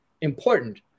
important